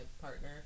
partner